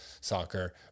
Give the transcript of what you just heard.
soccer